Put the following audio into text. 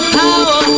power